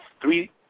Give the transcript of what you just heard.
three